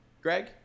Greg